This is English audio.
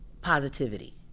positivity